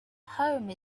home